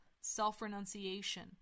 self-renunciation